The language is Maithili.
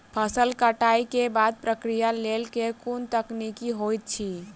फसल कटाई केँ बादक प्रक्रिया लेल केँ कुन तकनीकी होइत अछि?